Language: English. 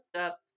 up